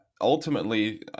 ultimately